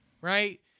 Right